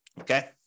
okay